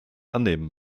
annehmen